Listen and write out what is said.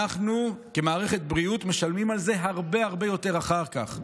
אנחנו כמערכת בריאות משלמים על זה הרבה הרבה יותר אחר כך.